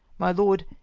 my loed,